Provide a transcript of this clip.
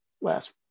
last